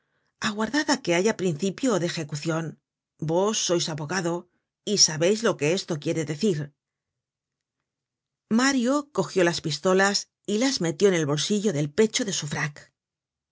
aguardad á que haya principio de ejecucion vos sois abogado y sabeis lo que esto quiere decir mario cogió las pistolas y las metió en el bolsillo del pecho de su frac